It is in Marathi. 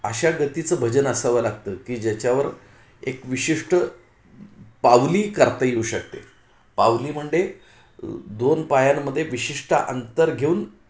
अशा गतीचं भजन असावं लागतं की ज्याच्यावर एक विशिष्ट पावली करता येऊ शकते पावली म्हंडे दोन पायांमध्ये विशिष्ट अंतर घेऊन